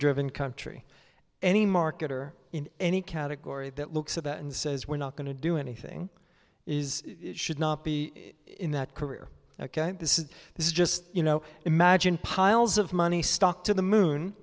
driven country any marketer in any category that looks at that and says we're not going to do anything is should not be in that career ok this is this is just you know imagine piles of money stuck to the moon